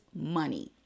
money